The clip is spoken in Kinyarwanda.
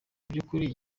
by’ukuri